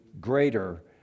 greater